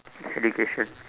education